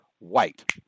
White